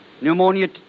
pneumonia